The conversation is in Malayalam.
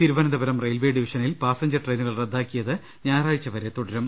തിരുവനന്തപുരം റെയിൽവെ ഡിവിഷനിൽ പാസഞ്ചർ ട്രെയി നുകൾ റദ്ദാക്കിയത് ഞായറാഴ്ച വരെ തുടരും